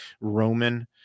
Roman